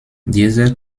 dieser